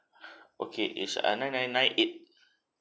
okay is uh nine nine nine eight